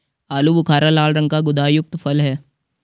आलू बुखारा लाल रंग का गुदायुक्त फल है